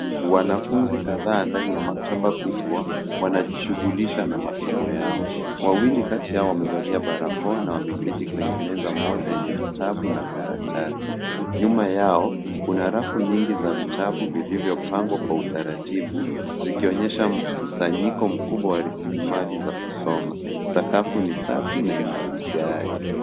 Wanafunzi kadhaa wako katika maktaba kubwa, wakiendelea na masomo yao. Wawili kati yao wameketi pembeni, wakishirikiana kwenye meza moja yenye vitabu na karatasi. Nyuma yao kuna rafu nyingi za vitabu vilivyopangwa kwa utaratibu, zikionyesha mkusanyiko mkubwa wa rasilimali za kusoma. Sakafu pia inaonekana safi.